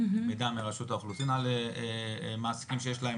וגם מרשות האוכלוסין על מעסיקים שיש להם